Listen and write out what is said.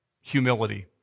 humility